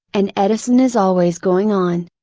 an edison is always going on.